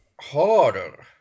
harder